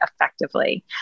effectively